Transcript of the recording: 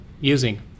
using